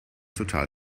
total